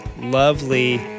lovely